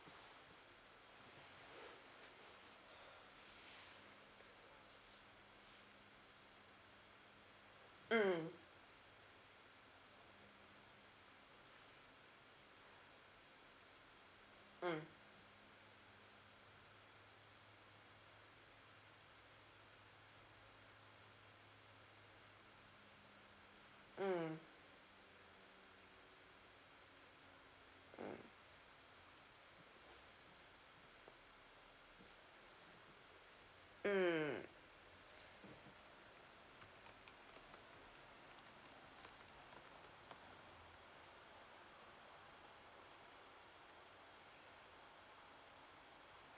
mm mm mm mm